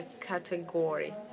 category